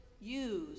use